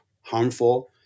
harmful